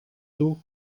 two